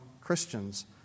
Christians